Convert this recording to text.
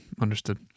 Understood